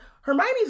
Hermione's